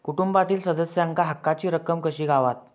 कुटुंबातील सदस्यांका हक्काची रक्कम कशी गावात?